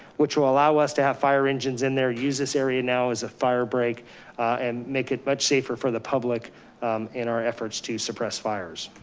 which will allow us to have fire engines in there, use this area now as a firebreak and make it much safer for the public in our efforts to suppress fires.